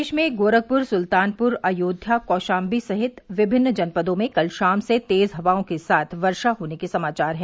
प्रदेश में गोरखपुर सुल्तानपुर अयोध्या कौशाम्बी समेत विभिन्न जनपदों में कल शाम से तेज हवाओं के साथ वर्षा होने के समाचार हैं